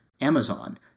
amazon